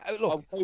look